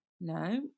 no